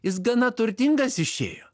jis gana turtingas išėjo